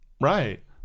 Right